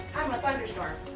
i'm a thunderstorm.